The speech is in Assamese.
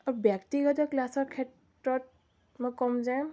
আৰু ব্যক্তিগত ক্লাছৰ ক্ষেত্ৰত মই ক'ম যে